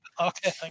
Okay